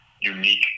unique